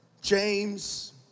James